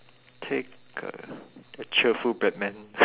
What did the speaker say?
take a a cheerful Batman